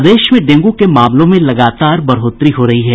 प्रदेश में डेंगू के मामलों में लगातार बढ़ोतरी हो रही है